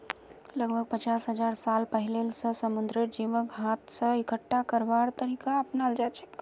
लगभग पचास हजार साल पहिलअ स समुंदरेर जीवक हाथ स इकट्ठा करवार तरीका अपनाल जाछेक